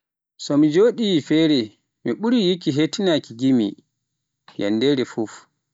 So mi jooɗi feere, mi ɓuri yikki hetinaaki gimi yenndere fuu.